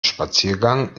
spaziergang